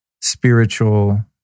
spiritual